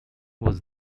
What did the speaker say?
was